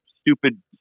stupid